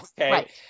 Okay